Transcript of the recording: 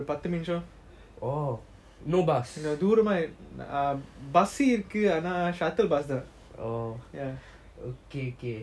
oh no bus oh ya okay okay